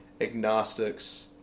agnostics